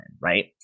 right